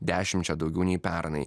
dešimčia daugiau nei pernai